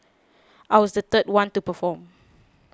I was the third one to perform